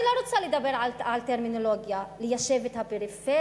אני לא רוצה לדבר על טרמינולוגיה: ליישב את הפריפריה,